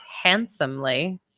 handsomely